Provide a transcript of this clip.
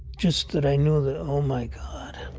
just that i knew that, oh, my god